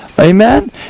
Amen